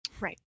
Right